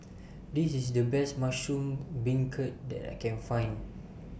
This IS The Best Mushroom Beancurd that I Can Find